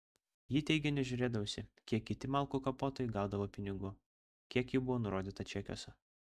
ji teigė nežiūrėdavusi kiek kiti malkų kapotojai gaudavo pinigų kiek jų buvo nurodyta čekiuose